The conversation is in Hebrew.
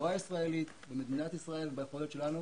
בחברה הישראלית, במדינת ישראל, ביכולת שלנו